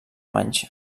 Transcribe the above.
manxa